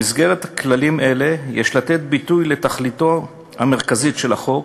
במסגרת כללים אלה יש לתת ביטוי לתכליתו המרכזית של החוק,